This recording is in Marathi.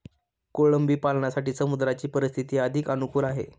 कोळंबी पालनासाठी समुद्राची परिस्थिती अधिक अनुकूल आहे